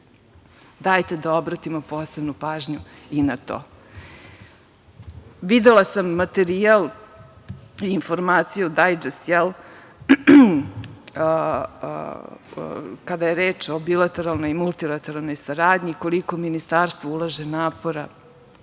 Dajte da obratimo posebnu pažnju i na to. Videla sam materijal i informaciju, „dajdžest“ kada je reč o bilateralnoj i multilateralnoj saradnji i koliko ministarstvo ulaže napora